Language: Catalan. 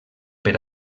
per